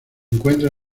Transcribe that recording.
encuentra